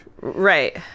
Right